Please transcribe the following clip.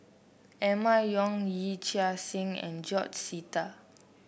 Emma Yong Yee Chia Hsing and George Sita